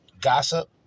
Gossip